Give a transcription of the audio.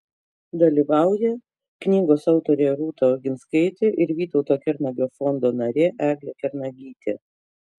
dalyvauja knygos autorė rūta oginskaitė ir vytauto kernagio fondo narė eglė kernagytė